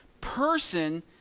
person